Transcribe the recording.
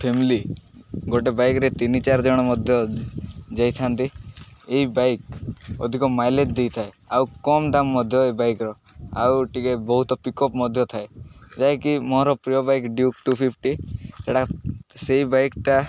family ଗୋଟେ ବାଇକ୍ରେ ତିନି ଚାରି ଜଣ ମଧ୍ୟ ଯାଇଥାନ୍ତି ଏଇ ବାଇକ୍ ଅଧିକ ମାଇଲେଜ୍ ଦେଇଥାଏ ଆଉ କମ୍ ଦାମ୍ ମଧ୍ୟ ଏଇ ବାଇକ୍ର ଆଉ ଟିକେ ବହୁତ ପିକଅପ୍ ମଧ୍ୟ ଥାଏ ଯାହାକି ମୋର ପ୍ରିୟ ବାଇକ୍ ଡ୍ୟୁକ୍ ଟୁ ଫିପ୍ଟି ସେଟା ସେଇ ବାଇକ୍ଟା